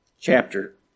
chapter